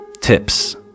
tips